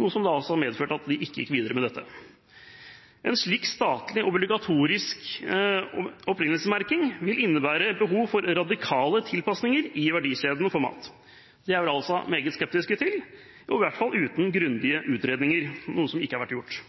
noe som altså gjorde at vi ikke gikk videre med dette. En slik statlig obligatorisk opprinnelsesmerking vil innebære behov for radikale tilpasninger i verdikjeden for mat. Det er vi altså meget skeptiske til, i hvert fall uten grundige utredninger, noe som ikke har vært gjort.